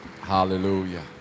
Hallelujah